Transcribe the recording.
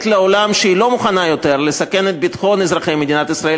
לעולם שהיא לא מוכנה יותר לסכן את ביטחון אזרחי מדינת ישראל,